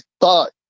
thought